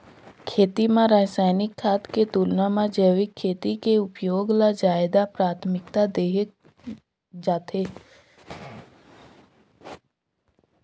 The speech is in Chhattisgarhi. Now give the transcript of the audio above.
खेती म रसायनिक खाद के तुलना म जैविक खेती के उपयोग ल ज्यादा प्राथमिकता देहे जाथे